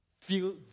feel